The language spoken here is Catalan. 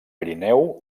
pirineu